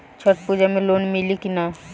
छठ पूजा मे लोन मिली की ना?